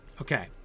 Okay